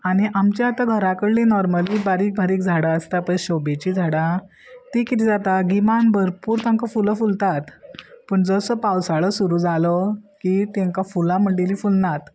आनी आमच्या आतां घरा कडली नॉर्मली बारीक बारीक झाडां आसता पळय शोबेची झाडां ती किदें जाता गिमान भरपूर तांकां फुलां फुलतात पूण जसो पावसाळो सुरू जालो की तांकां फुलां म्हणटिली फुलनात